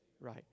Right